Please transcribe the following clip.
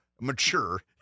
mature